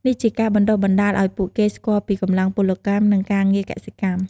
នេះជាការបណ្ដុះបណ្ដាលឱ្យពួកគេស្គាល់ពីកម្លាំងពលកម្ម និងការងារកសិកម្ម។